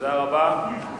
תודה רבה.